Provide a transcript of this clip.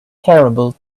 terrible